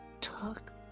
talk